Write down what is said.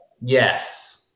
Yes